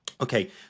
okay